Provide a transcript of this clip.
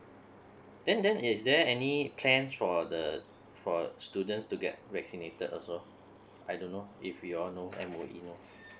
then then is there any plans for the for students to get vaccinated also I don't know if you all know M_O_E loh